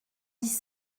dix